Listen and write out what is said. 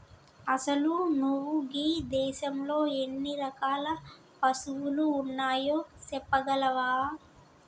అసలు నువు గీ దేసంలో ఎన్ని రకాల పసువులు ఉన్నాయో సెప్పగలవా